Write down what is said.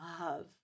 love